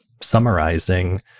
summarizing